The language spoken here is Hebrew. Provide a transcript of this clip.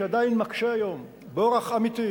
שעדיין מקשה היום באורח אמיתי,